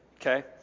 Okay